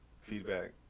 feedback